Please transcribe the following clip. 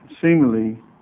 seemingly